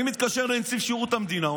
אני מתקשר לנציב שירות המדינה,